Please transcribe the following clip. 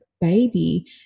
baby